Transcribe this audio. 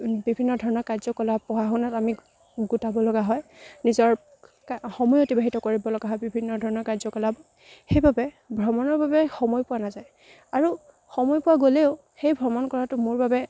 বিভিন্ন ধৰণৰ কাৰ্য কলাপ পঢ়া শুনাত আমি গোটাব লগা হয় নিজৰ সময় তাত অতিবাহিত কৰিব লগা হয় বিভিন্ন ধৰণৰ কাৰ্য কলাপ সেইবাবে ভ্ৰমণৰ বাবে সময় পোৱা নাযায় আৰু সময় পোৱা গ'লেও সেই ভ্ৰমণ কৰাটো মোৰ বাবে